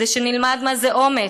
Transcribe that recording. כדי שנלמד מה זה אומץ,